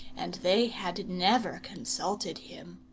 and they had never consulted him.